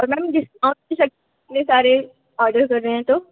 और ma'am discount भी कर दीजिए इतने सारे ऑर्डर कर रहे हैं तो